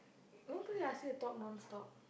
nobody ask you to talk non stop